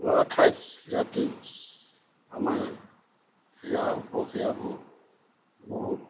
শুৱা ঠাইত ৰাতি আমাৰ সীৰা উপ সীৰাবোৰ বহুত